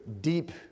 deep